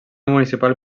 municipal